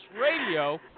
Radio